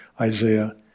Isaiah